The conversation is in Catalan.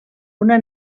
una